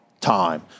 time